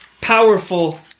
powerful